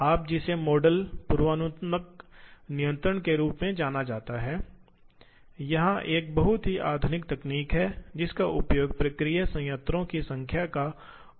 मशीनों इसलिए हम बाद में देखेंगे कि भाग कार्यक्रमों का उपयोग करके किस तरह की चीजें की जा सकती हैं